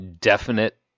definite